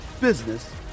business